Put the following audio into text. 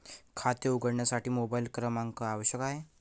खाते उघडण्यासाठी मोबाइल क्रमांक आवश्यक आहे